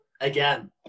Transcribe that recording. again